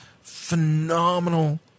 phenomenal